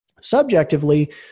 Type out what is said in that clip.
subjectively